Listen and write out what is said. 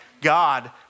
God